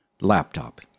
laptop